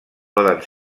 poden